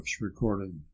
recording